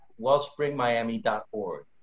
wellspringmiami.org